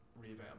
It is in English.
revamp